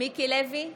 מיקי לוי,